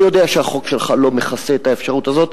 אני יודע שהחוק שלך לא מכסה את האפשרות הזאת.